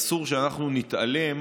אסור שאנחנו נתעלם.